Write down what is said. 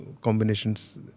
combinations